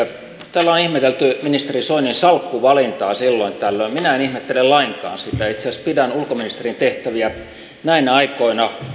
täällä on ihmetelty ministeri soinin salkkuvalintaa silloin tällöin minä en ihmettele lainkaan sitä itse asiassa pidän ulkoministerin tehtäviä näinä aikoina